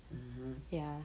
mmhmm